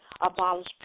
Abolish